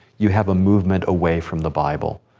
you have a movement away from the bible.